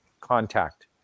contact